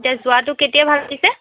এতিয়া যোৱাটো কেতিয়া ভাবিছে